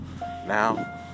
Now